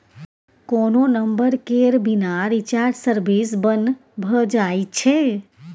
कोनो नंबर केर बिना रिचार्ज सर्विस बन्न भ जाइ छै